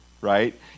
right